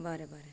बरें बरें